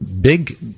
big